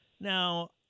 Now